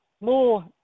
more